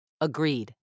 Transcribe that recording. Agreed